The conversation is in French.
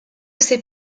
ses